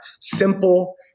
simple